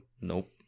Nope